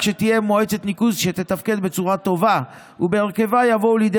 כך שתהיה מועצת ניקוז שתתפקד בצורה טובה ובהרכבה יבואו לידי